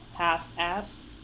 half-ass